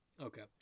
Okay